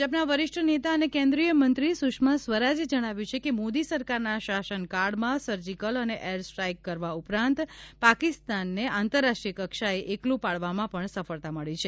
ભાજપના વરિષ્ઠ નેતા અને કેન્દ્રિય મંત્રી સુષ્મા સ્વરાજે જણાવ્યું છે કે મોદી સરકારના શાસનકાળમાં સર્જીકલ અને એર સ્ટ્રાઈક કરવા ઉપરાંત પાકિસ્તાનને આંતરરાષ્ટ્રીય કક્ષાએ એકલુ પાડવામાં પણ સફળતા મળી છે